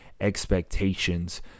expectations